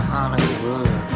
Hollywood